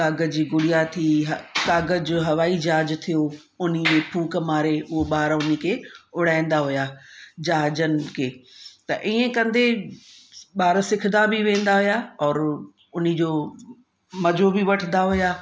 क़ागज जी गुड़िया थी क़ागज जो हवाई जहाज थियो उन्ही में फूंक मारे उहो ॿार उनखे उड़ाईंदा हुया जहाजनि खे त ईअं कंदे ॿार सिखंदा बि वेंदा हुया और उनजो मज़ो बि वठंदा हुया